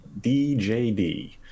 DJD